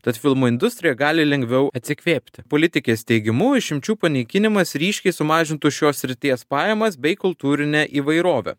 tad filmų industrija gali lengviau atsikvėpti politikės teigimu išimčių panaikinimas ryškiai sumažintų šios srities pajamas bei kultūrinę įvairovę